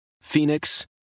Phoenix